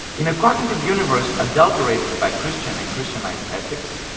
in a quantitative universe adulterated by christian and christianised ethics,